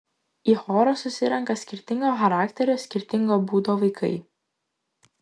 į chorą susirenka skirtingo charakterio skirtingo būdo vaikai